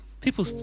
people